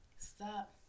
Stop